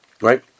right